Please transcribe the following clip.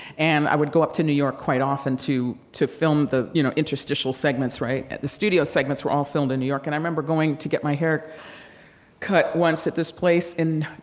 and i would go up to new york quite often to to film the, you know, interstitial segments, right? the studio segments were all filmed in new york. and i remember going to get my hair cut once at this place in,